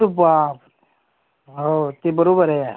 तोबा हो ते बरोबर आहे यार